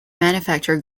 manufacture